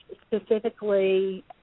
specifically